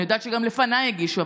אני יודעת שגם לפניי הגישו,